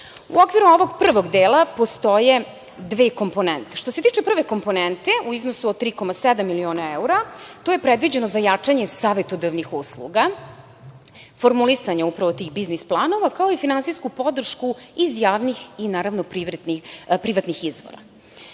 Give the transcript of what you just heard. U okviru ovog prvog dela, postoje dve komponente. Što se tiče prve komponente u iznosu od 3,7 miliona evra, to je predviđeno za jačanje savetodavnih usluga. formulisanje tih biznis planova, kao i finansijsku podršku iz javnih i naravno privatnih izvora.